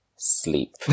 Sleep